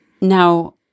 Now